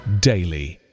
daily